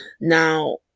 Now